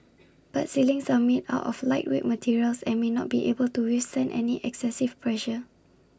but ceilings are made are of lightweight materials and may not be able to withstand any excessive pressure